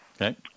Okay